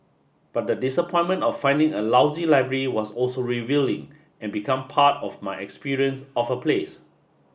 but the disappointment of finding a lousy library was also revealing and became part of my experience of a place